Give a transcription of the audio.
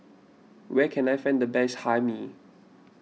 where can I find the best Hae Mee